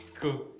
Cool